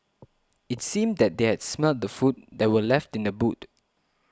it seemed that they had smelt the food that were left in the boot